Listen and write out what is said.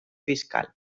fiscal